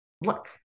look